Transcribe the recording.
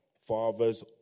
fathers